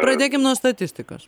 pradėkim nuo statistikos